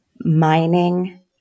mining